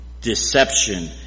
deception